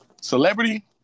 celebrity